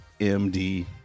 M-D